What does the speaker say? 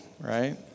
right